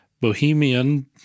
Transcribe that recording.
Bohemian